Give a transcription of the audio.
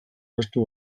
ahaztu